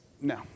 no